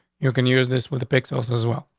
you can use this with the pixels as well.